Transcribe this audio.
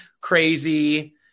crazy